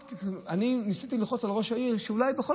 אני ניסיתי ללחוץ על ראש העיר: אולי בכל